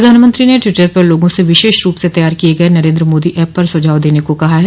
प्रधानमंत्री ने ट्वीटर पर लोगों से विशेष रूप से तैयार किये गये नरेंद्र मोदी ऐप पर सुझाव देने को कहा है